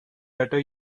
better